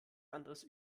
anderes